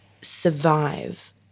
survive